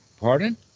Pardon